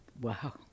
Wow